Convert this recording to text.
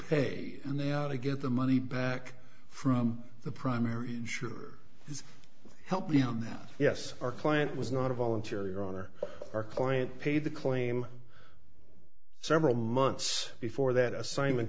pay and they ought to get the money back from the primary shooter does help me on that yes our client was not a volunteer your honor our client paid the claim several months before that assignment